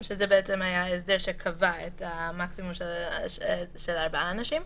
זה היה ההסדר שקבע את המקסימום של ארבעה אנשים.